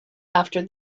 after